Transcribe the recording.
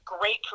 great